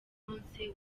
umunsi